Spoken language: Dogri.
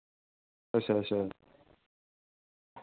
अच्छा अच्छा